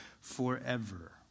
forever